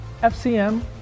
FCM